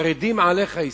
חרדים עליך ישראל.